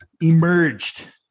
emerged